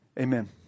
Amen